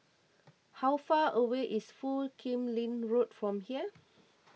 how far away is Foo Kim Lin Road from here